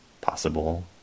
possible